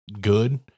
good